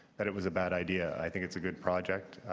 that it was a bad idea. i think it's a good project.